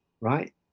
right